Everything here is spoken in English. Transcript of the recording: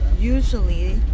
usually